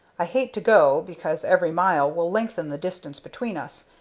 i hate to go, because every mile will lengthen the distance between us,